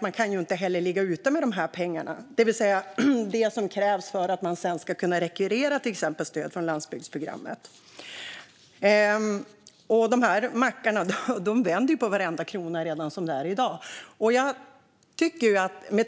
Man kan inte heller ligga ute med de här pengarna som krävs för att man sedan ska kunna rekvirera till exempel stöd från landsbygdsprogrammet. Dessa mackar vänder på varenda krona redan som det är i dag.